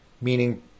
meaning